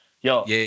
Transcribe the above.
Yo